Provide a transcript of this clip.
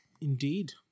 Indeed